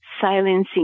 silencing